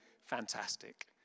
fantastic